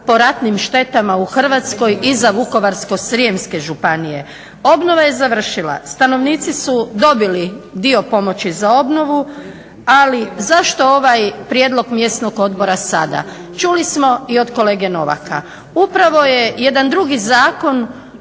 po ratnim štetama u Hrvatskoj iza Vukovarsko-srijemske županije. Obnova je završila, stanovnici su dobili dio pomoći za obnovu, ali zašto ovaj prijedlog mjesnog odbora sada? Čuli smo i od kolege Novaka, upravo je jedan drugi zakon